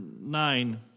nine